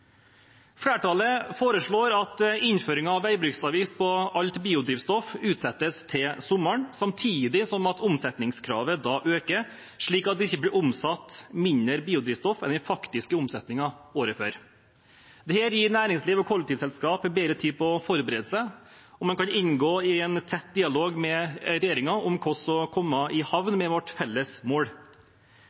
Flertallet foreslår at innføring av veibruksavgift på alt biodrivstoff utsettes til sommeren, samtidig som omsetningskravet da øker, slik at det ikke blir omsatt mindre biodrivstoff enn den faktiske omsetningen året før. Det gir næringsliv og kollektivselskap bedre tid til å forberede seg, og man kan inngå i en tett dialog med regjeringen om hvordan man skal komme i havn med vårt felles mål.